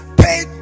paid